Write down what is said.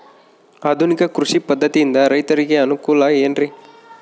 ಆಧುನಿಕ ಕೃಷಿ ಪದ್ಧತಿಯಿಂದ ರೈತರಿಗೆ ಅನುಕೂಲ ಏನ್ರಿ?